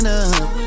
up